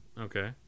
Okay